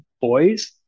boys